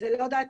זה לא דעתי,